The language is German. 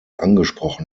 angesprochen